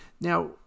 Now